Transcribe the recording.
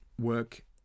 work